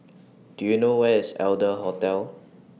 Do YOU know Where IS Adler Hostel